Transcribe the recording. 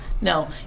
No